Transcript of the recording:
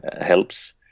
helps